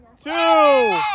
Two